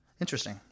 Interesting